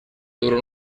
duró